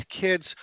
kids